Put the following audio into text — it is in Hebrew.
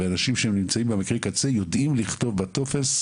ואנשים שנמצאים שם יודעים לכתוב בטופס